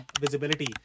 visibility